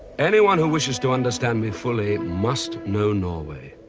anyone who wishes to understand me fully must know norway.